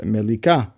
Melika